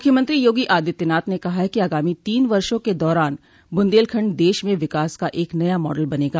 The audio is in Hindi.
मुख्यमंत्री योगी आदित्यनाथ ने कहा है कि आगामी तीन वर्षो के दारान बुन्देलखंड देश में विकास का एक नया मॉडल बनेगा